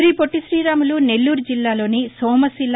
శ్రీపొట్టి శ్రీరాములు నెల్లూరు జిల్లాలోని సోమశిల